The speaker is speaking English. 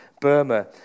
Burma